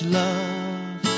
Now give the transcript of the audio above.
love